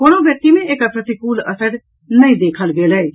कोनहु व्यक्ति मे एकर प्रतिकूल असरि नहिं देखल गेल अछि